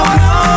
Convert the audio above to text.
no